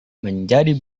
menjadi